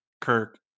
Kirk